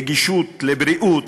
נגישות הבריאות,